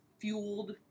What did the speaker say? fueled